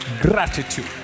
gratitude